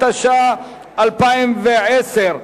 התש"ע 2010,